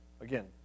Again